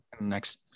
next